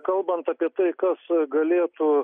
kalbant apie tai kas galėtų